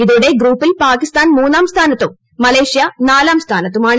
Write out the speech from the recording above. ഇത്തോള്ട് ഗ്രൂപ്പിൽ പാക്കിസ്ഥാൻ മൂന്നാം സ്ഥാനത്തും മലേഷ്യ ന്റൂലാം സ്ഥാനത്തുമാണ്